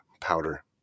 powder